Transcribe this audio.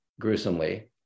gruesomely